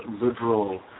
liberal